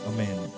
Amen